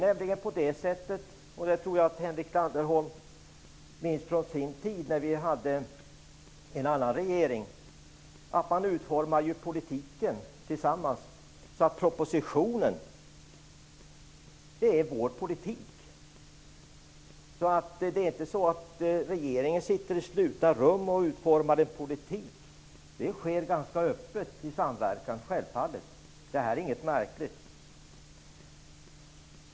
Jag tror att Henrik Landerholm minns från den tid då vi hade en annan regering att man utformar politiken tillsammans. Propositionen är alltså vår politik. Regeringen sitter inte i slutna rum och utformar sin politik, utan det sker ganska öppet i samverkan. Det här är inte något märkligt.